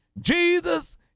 Jesus